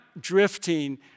drifting